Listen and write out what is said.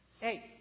hey